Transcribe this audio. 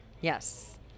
yes